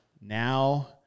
Now